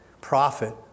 profit